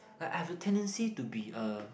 like I have a tendency to be a